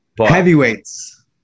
Heavyweights